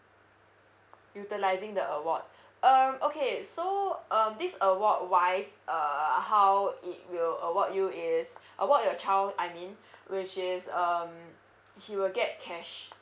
utilizing the award uh okay so um this award wise uh how it will award you is award your child I mean which is um he will get cash